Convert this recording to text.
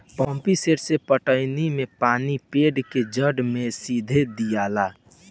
pump set से पटौनी मे पानी पौधा के जड़ मे सीधे दियाला